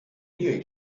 nil